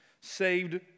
saved